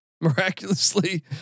miraculously